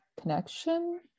connection